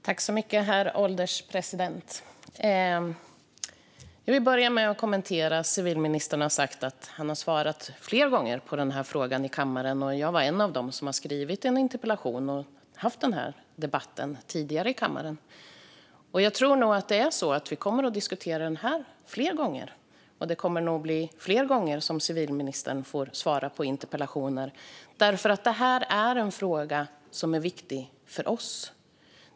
Herr ålderspresident! Jag vill börja med att kommentera att civilministern sa att han har svarat på denna fråga flera gånger i kammaren. Jag är en av dem som skrivit interpellationer och haft den här debatten tidigare i kammaren, och jag tror nog att civilministern kommer att få svara på fler sådana här interpellationer. Detta är nämligen en fråga som är viktig för oss.